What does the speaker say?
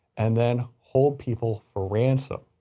and then hold people for ransom.